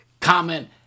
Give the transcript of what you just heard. comment